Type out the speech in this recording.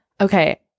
Okay